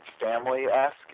family-esque